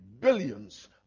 billions